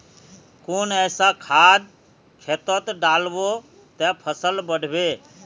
कुन ऐसा खाद खेतोत डालबो ते फसल बढ़बे?